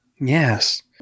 Yes